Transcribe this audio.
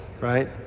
right